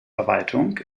verwaltung